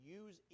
use